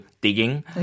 digging